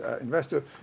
investor